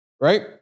Right